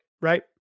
Right